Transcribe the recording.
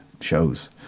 shows